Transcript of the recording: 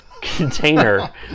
container